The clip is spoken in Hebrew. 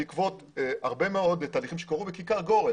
בעקבות הרבה מאוד תהליכים שקרו בכיכר גורן,